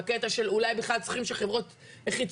בקטע של אולי בכלל צריכים שחברות חיצוניות.